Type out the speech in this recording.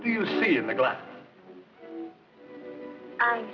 do you see in the glass i